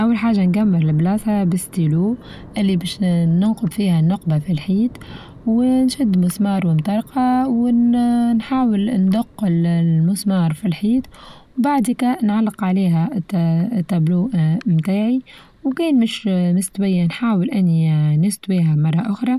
أول حاچة نجمل البلازما بستيلو اللي باش ننقد فيها النقبة فالحيط ونشد مسمار ونطرقه ونحاول ندق المسمار فالحيط وبعديكا نعلق عليها التابلو متاعي وكاين مش مستوية نحاول إني نستويها مرة أخرى